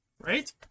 right